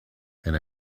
and